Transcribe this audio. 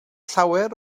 llawer